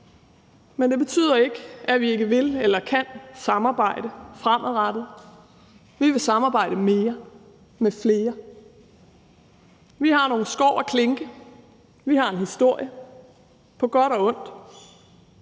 Men det betyder ikke, at vi ikke vil eller kan samarbejde fremadrettet. Vi vil samarbejde mere med flere. Vi har nogle skår at klinke, vi har en historie på godt og ondt,